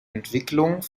entwicklung